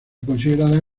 considerada